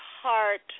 heart